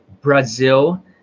Brazil